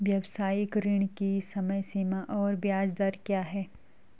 व्यावसायिक ऋण की समय सीमा और ब्याज दर क्या है?